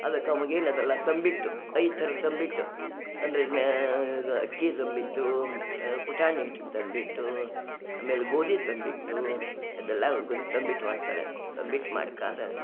ಅದಕ್ಕೆ ಮುಗೀನದಲ್ಲ ತಂಬಿಟ್ಟು ಐದು ಥರದ ತಂಬಿಟ್ಟು ಅಂದರೆ ಮ್ಯಾಗ ಅಕ್ಕಿ ತಂಬಿತ್ತು ಪುಟಾಣಿ ಇಟ್ಟಿನ ತಂಬಿಟ್ಟು ಆಮೇಲೆ ಗೋದಿ ಇಟ್ಟು ತಂಬಿಟ್ಟು ಅದೆಲ್ಲ ಗೋದಿ ತಂಬಿಟ್ಟು ಮಾಡ್ತಾರೆ ತಂಬಿಟ್ಟು ಮಾಡಿಕ್ಕಾದ